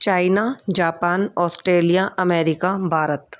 China Japan Australia America Bharat